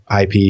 IP